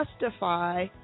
justify